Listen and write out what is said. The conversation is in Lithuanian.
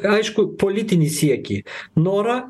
aiškų politinį siekį norą